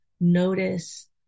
notice